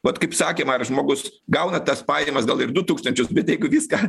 vat kaip sakėm ar žmogus gauna tas pajamas gal ir du tūkstančius bet jeigu viską